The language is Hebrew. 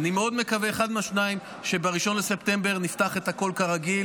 אני מאוד מקווה שב-1 בספטמבר נפתח את הכול כרגיל